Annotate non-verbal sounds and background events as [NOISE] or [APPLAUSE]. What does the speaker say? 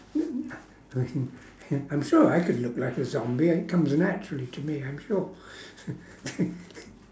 [NOISE] I mean I'm sure I could look like a zombie it comes naturally to me I'm sure [LAUGHS]